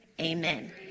Amen